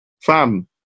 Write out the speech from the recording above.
fam